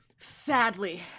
Sadly